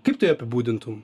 kaip tu ją apibūdintum